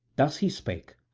thus he spake,